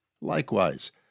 Likewise